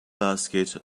basket